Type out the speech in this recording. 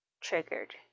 triggered